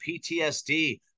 PTSD